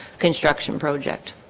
construction project